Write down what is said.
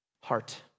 heart